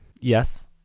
Yes